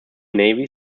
navy